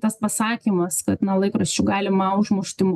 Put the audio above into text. tas pasakymas kad na laikraščiu galima užmušti